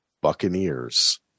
Buccaneers